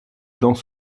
dans